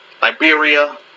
Liberia